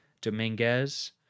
Dominguez